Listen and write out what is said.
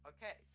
Okay